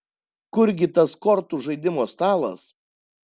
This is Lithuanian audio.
kur gi tas kortų žaidimo stalas